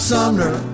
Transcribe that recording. Sumner